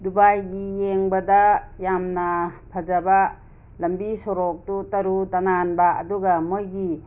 ꯗꯨꯕꯥꯏꯒꯤ ꯌꯦꯡꯕꯗ ꯌꯥꯝꯅ ꯐꯖꯕ ꯂꯝꯕꯤ ꯁꯣꯔꯣꯛꯇꯨ ꯇꯔꯨ ꯇꯅꯥꯟꯕ ꯑꯗꯨꯒ ꯃꯣꯏꯒꯤ